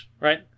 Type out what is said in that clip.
Right